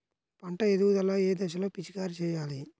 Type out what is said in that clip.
పంట ఎదుగుదల ఏ దశలో పిచికారీ చేయాలి?